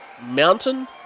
Mountain